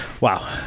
Wow